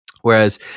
whereas